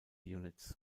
units